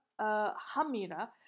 Hamira